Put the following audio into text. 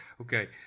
okay